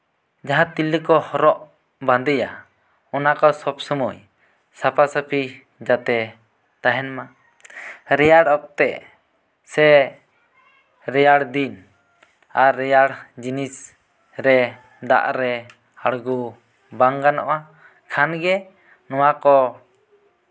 ᱡᱟᱦᱟᱸ ᱛᱤᱨᱞᱟᱹ ᱠᱚ ᱦᱚᱨᱚᱜ ᱵᱟᱸᱫᱮᱭᱟ ᱚᱱᱟ ᱠᱚ ᱥᱚᱵ ᱥᱚᱢᱚᱭ ᱥᱟᱯᱷᱟᱥᱟᱯᱷᱤ ᱡᱟᱛᱮ ᱛᱟᱦᱮᱱ ᱢᱟ ᱨᱮᱭᱟᱲ ᱚᱠᱛᱮ ᱥᱮ ᱨᱮᱭᱟᱲ ᱫᱤᱱ ᱟᱨ ᱨᱮᱭᱟᱲ ᱡᱤᱱᱤᱥ ᱨᱮ ᱫᱟᱜ ᱨᱮ ᱟᱬᱜᱚ ᱵᱟᱝ ᱜᱟᱱᱚᱜᱼᱟ ᱠᱷᱟᱱ ᱜᱮ ᱱᱚᱶᱟ ᱠᱚ